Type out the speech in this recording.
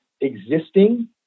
existing